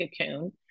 cocoon